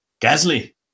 Gasly